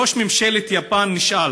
ראש ממשלת יפן נשאל